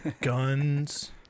guns